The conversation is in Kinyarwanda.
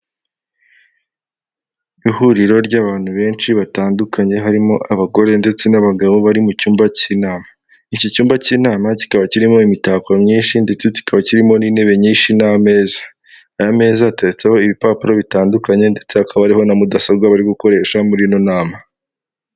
Ishusho yerekana uburyo ushobora gutumiza ibintu ukoresheje telefone igezweho kumbuga nkoranyambaga zitandukanye utavuye aho uri harimo nk'imyenda ndetse n'imitako bitandukanye.